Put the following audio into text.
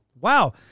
Wow